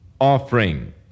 offering